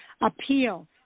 appeal